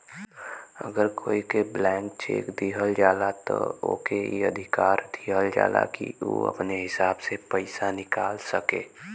अगर कोई के ब्लैंक चेक दिहल जाला त ओके ई अधिकार दिहल जाला कि उ अपने हिसाब से पइसा निकाल सके